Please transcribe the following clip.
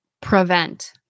prevent